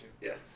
Yes